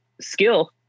skill